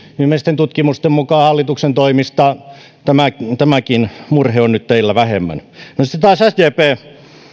viimeisten tutkimusten mukaan hallituksen toimista tämäkin tämäkin murhe on nyt teillä vähemmän mutta sitten taas sdp